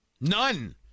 None